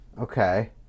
okay